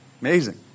Amazing